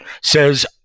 says